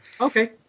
Okay